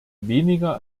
weniger